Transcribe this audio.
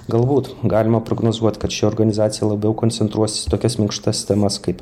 galbūt galima prognozuot kad ši organizacija labiau koncentruosis į tokias minkštas temas kaip